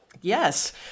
Yes